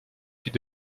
puis